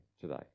today